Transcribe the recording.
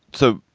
so.